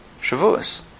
Shavuos